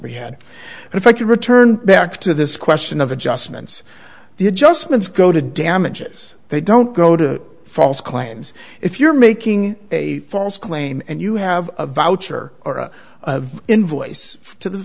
had if i could return back to this question of adjustments the adjustments go to damages they don't go to false claims if you're making a false claim and you have a voucher or invoice to the